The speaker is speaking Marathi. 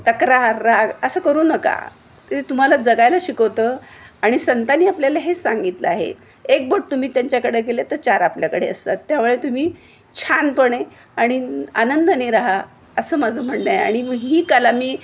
तक्रार राग असं करू नका ते तुम्हाला जगायला शिकवतं आणि संतांनी आपल्याला हे सांगितलं आहे एक बोट तुम्ही त्यांच्याकडे केलं तर चार आपल्याकडे असतात त्यामुळे तुम्ही छानपणे आणि आनंदाने रहा असं माझं म्हणणं आहे आणि मग ही कला मी